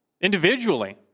individually